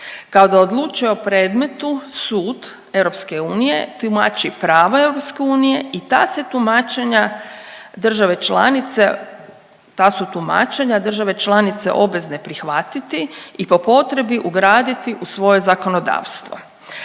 Kada odlučuje o predmetu Sud EU tumači prava EU i ta se tumačenja države članice, ta su tumačenja države članice obvezne prihvatiti i potrebi ugraditi u svoje zakonodavstvo.